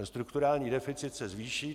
Ten strukturální deficit se zvýší.